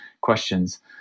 questions